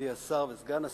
מכובדי השר וסגן השר,